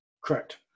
Correct